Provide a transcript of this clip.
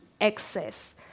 access